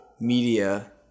media